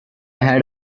had